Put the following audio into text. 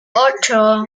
ocho